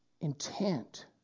intent